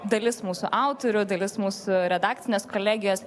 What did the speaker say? dalis mūsų autorių dalis mūsų redakcinės kolegijos